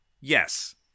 Yes